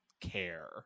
care